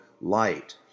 light